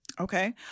Okay